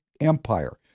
empire